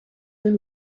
than